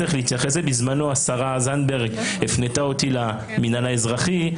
בזמנו השרה זנדברג הפנתה אותי למינהל האזרחי,